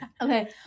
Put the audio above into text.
Okay